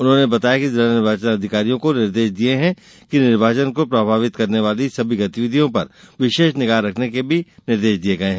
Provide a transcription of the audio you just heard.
उन्होंने बताया कि जिला निर्वाचन अधिकारियों को निर्देश दिये हैं कि निर्वाचन को प्रभावित करने वाली सभी गतिविधियों पर विशेष निगाह रखने के भी निर्देश दिये गये हैं